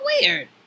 weird